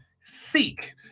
seek